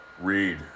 read